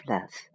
Love